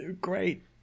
Great